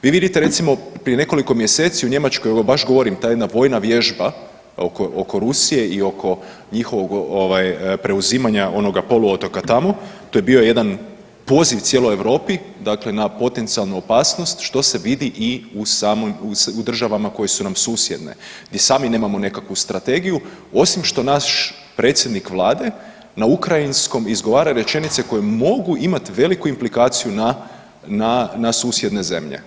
Vi vidite recimo prije nekoliko mjeseci u Njemačkoj, evo baš govorim ta jedna vojna vježba oko Rusije i oko njihovog preuzimanja onog poluotoka tamo to je bio jedan poziv cijeloj Europi dakle na potencijalnu opasnost što se vidi i u državama koje su nam susjedne gdje sami nemamo nekakvu strategiju, osim što naš predsjednik Vlade na ukrajinskom izgovara rečenice koje mogu imati veliku implikaciju na susjedne zemlje.